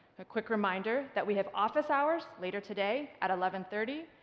a quick reminder that we have office hours later today at eleven thirty,